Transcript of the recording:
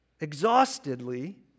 exhaustedly